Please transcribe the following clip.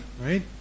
Right